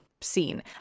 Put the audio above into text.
scene